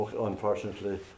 unfortunately